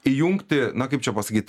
įjungti na kaip čia pasakyt